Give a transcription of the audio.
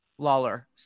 Lawler